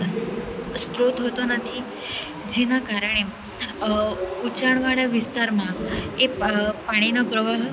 સ્રોત હોતો નથી જેનાં કારણે ઉંચાણવાળા વિસ્તારમાં એ પાણીનો પ્રવાહ